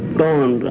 fallen